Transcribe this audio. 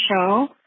show